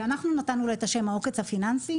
שאנחנו נתנו לה את השם "העוקץ הפיננסי"